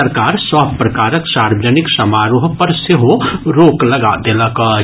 सरकार सभ प्रकारक सार्वजनिक समारोह पर सेहो रोक लगा देलक अछि